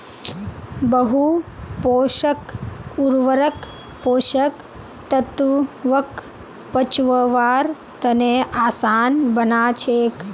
बहु पोषक उर्वरक पोषक तत्वक पचव्वार तने आसान बना छेक